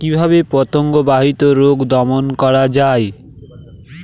কিভাবে পতঙ্গ বাহিত রোগ দমন করা যায়?